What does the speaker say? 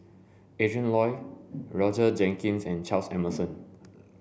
Adrin Loi Roger Jenkins and Charles Emmerson